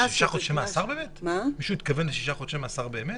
מישהו באמת התכוון לשישה חודשי מאסר?